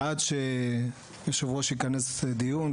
עד שהיושב-ראש יכנס דיון,